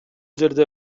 жерде